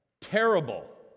terrible